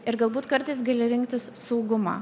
ir galbūt kartais gali rinktis saugumą